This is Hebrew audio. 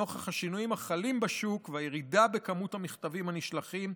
נוכח השינויים החלים בשוק הדואר והירידה בכמות המכתבים הנשלחים,